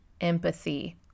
empathy